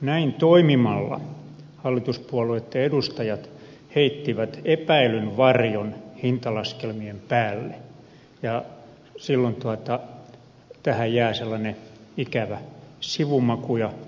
näin toimimalla hallituspuolueitten edustajat heittivät epäilyn varjon hintalaskelmien päälle ja silloin tähän jää sellainen ikävä sivumaku ja spekulatiivinen tuntuma